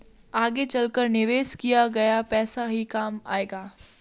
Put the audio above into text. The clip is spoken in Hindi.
आगे चलकर निवेश किया गया पैसा ही काम आएगा